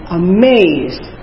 amazed